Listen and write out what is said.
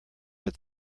had